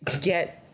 get